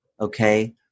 Okay